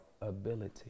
ability